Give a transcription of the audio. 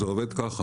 זה עובד כך.